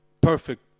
perfect